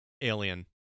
Alien